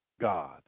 God